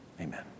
Amen